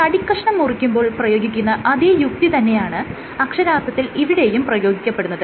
ഒരു തടിക്കഷ്ണം മുറിക്കുമ്പോൾ പ്രയോഗിക്കുന്ന അതെ യുക്തി തന്നെയാണ് അക്ഷരാർത്ഥത്തിൽ ഇവിടെയും പ്രയോഗിക്കപ്പെടുന്നത്